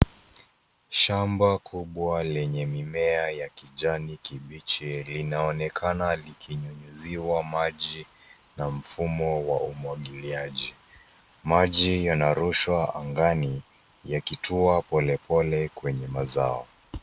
Shamba kubwa lenye mimea ya kijani kibichi linaonekana likinyunyiziwa maji na mfumo wa umwagiliaji. Maji yanarushwa angani yakitua polepole kwenye mazao.